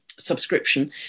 subscription